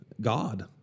God